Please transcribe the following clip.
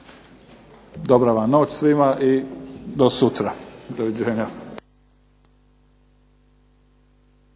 Dobra vam noć svima i do sutra. Doviđenja.